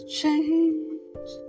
change